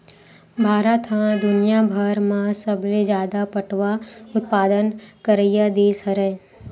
भारत ह दुनियाभर म सबले जादा पटवा उत्पादन करइया देस हरय